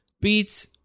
beats